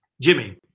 Jimmy